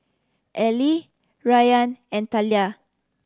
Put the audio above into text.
Allie Rayan and Talia